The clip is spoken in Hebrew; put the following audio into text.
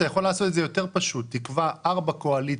אתה יכול לעשות את זה יותר פשוט: תקבע ארבע קואליציה,